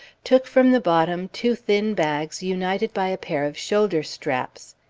took from the bottom two thin bags united by a pair of shoulder-straps.